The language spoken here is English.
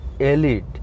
elite